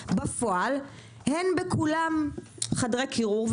בפועל אין בכולם חדרי קירור,